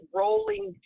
rolling